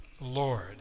Lord